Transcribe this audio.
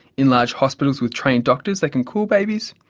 in large hospitals with trained doctors they can cool babies,